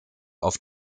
auf